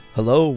Hello